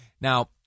Now